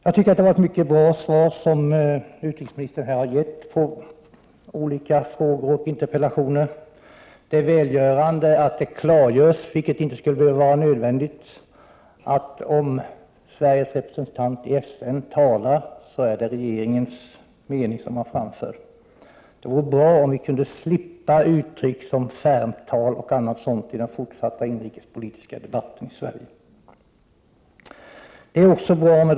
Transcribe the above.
Utrikesministern har här gett ett mycket bra svar på olika frågor och interpellationer. Det är välgörande att det klargörs — något som i och för sig inte skulle vara nödvändigt — att om Sveriges representant i FN talar så är det regeringens mening som han framför. Det vore bra om vi kunde slippa uttryck som ”Ferm-tal” i den fortsatta inrikespolitiska debatten i Sverige.